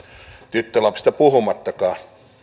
tyttölapsista puhumattakaan